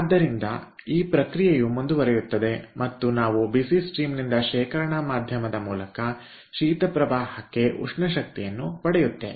ಆದ್ದರಿಂದ ಈ ಪ್ರಕ್ರಿಯೆಯು ಮುಂದುವರಿಯುತ್ತದೆ ಮತ್ತು ನಾವು ಬಿಸಿ ಹರಿವಿನಿಂದ ಶೇಖರಣಾ ಮಾಧ್ಯಮದ ಮೂಲಕ ಶೀತ ಪ್ರವಾಹಕ್ಕೆ ಉಷ್ಣ ಶಕ್ತಿಯನ್ನು ಪಡೆಯುತ್ತೇವೆ